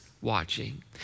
watching